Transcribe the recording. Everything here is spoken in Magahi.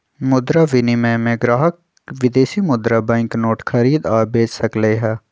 मुद्रा विनिमय में ग्राहक विदेशी मुद्रा बैंक नोट खरीद आ बेच सकलई ह